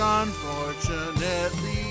unfortunately